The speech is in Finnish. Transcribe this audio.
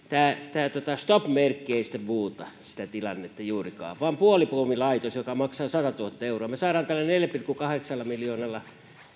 että tämä stop merkki ei sitä tilannetta muuta juurikaan vaan puolipuomilaitos joka maksaa satatuhatta euroa me saamme tällä neljällä pilkku kahdeksalla miljoonalla